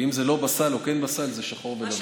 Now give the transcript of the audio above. ואם זה לא בסל או כן בסל זה שחור ולבן.